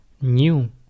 new